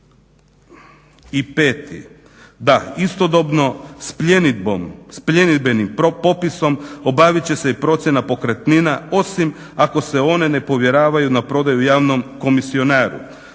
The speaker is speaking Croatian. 145., istodobno s pljenidbenim popisom obavit će se i procjena pokretnina, osim ako se one ne povjeravaju na prodaju javnom komisionaru.